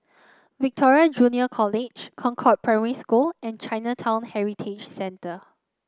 Victoria Junior College Concord Primary School and Chinatown Heritage Centre